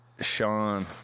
Sean